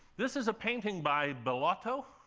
this is a painting by bellotto.